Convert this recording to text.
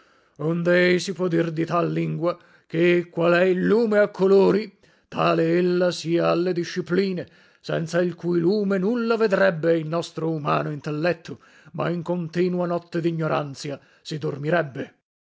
si può dir di tal lingua che quale è il lume a colori tale ella sia alle discipline senza il cui lume nulla vedrebbe il nostro umano intelletto ma in continua notte dignoranzia si dormirebbe